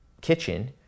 kitchen